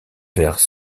vers